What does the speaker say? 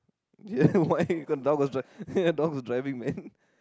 ya why the dog was on dog was driving man